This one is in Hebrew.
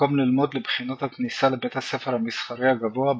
במקום ללמוד לבחינות הכניסה לבית הספר המסחרי הגבוה בקובה.